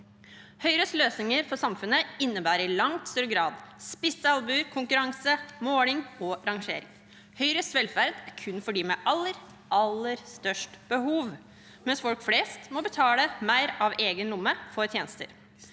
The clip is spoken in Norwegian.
Høyres løsninger for samfunnet innebærer i langt større grad spisse albuer, konkurranse, måling og rangering. Høyres velferd er kun for dem med aller, aller størst behov, mens folk flest må betale mer av egen lomme for tjenester.